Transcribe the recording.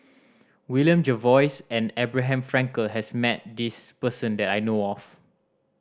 William Jervois and Abraham Frankel has met this person that I know of